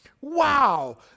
Wow